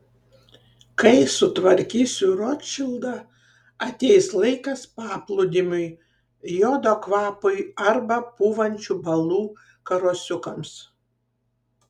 kai sutvarkysiu rotšildą ateis laikas paplūdimiui jodo kvapui arba pūvančių balų karosiukams